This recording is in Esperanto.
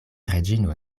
reĝino